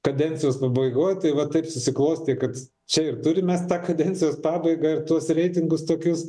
kadencijos pabaigoj tai va taip susiklostė kad čia ir turim mes tą kadencijos pabaigą ir tuos reitingus tokius